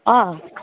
अँ